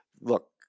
look